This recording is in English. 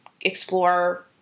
explore